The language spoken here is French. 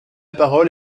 parole